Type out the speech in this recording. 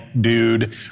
dude